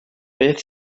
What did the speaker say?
beth